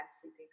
sleeping